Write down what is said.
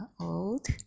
old